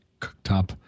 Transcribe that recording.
cooktop